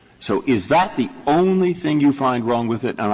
so is that the only thing you find wrong with it?